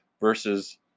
versus